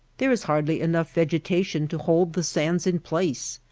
there is hardly enough vegetation to hold the sands in place.